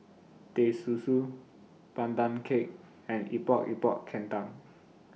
Teh Susu Pandan Cake and Epok Epok Kentang